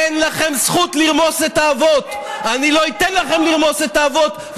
אין לכם זכות לרמוס את האבות.